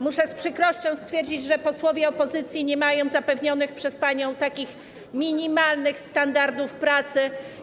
Muszę z przykrością stwierdzić, że posłowie opozycji nie mają zapewnionych przez panią takich minimalnych standardów pracy.